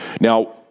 Now